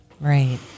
Right